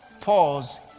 Pause